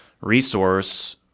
resource